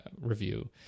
review